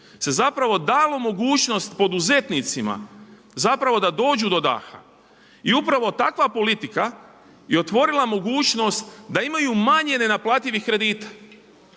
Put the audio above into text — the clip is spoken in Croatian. se zapravo dalo mogućnost poduzetnicima zapravo da dođu do daha. I upravo takva politika je otvorila mogućnost da imaju manje nenaplativih kredita.